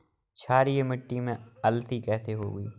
क्षारीय मिट्टी में अलसी कैसे होगी?